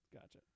Gotcha